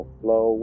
flow